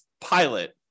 pilot